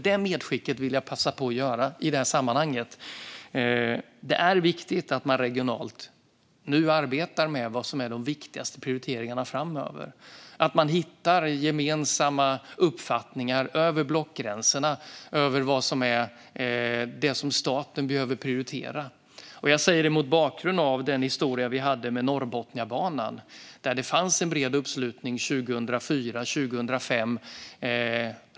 Det medskicket vill jag passa på att göra i sammanhanget: Det är viktigt att man nu arbetar regionalt med vad som är de viktigaste prioriteringarna framöver och att man hittar gemensamma uppfattningar över blockgränserna om vad staten behöver prioritera. Jag säger detta mot bakgrund av den historia vi hade med Norrbotniabanan, där det fanns bred uppslutning 2004 och 2005.